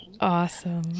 Awesome